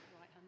Right